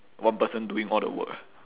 one person doing all the work ah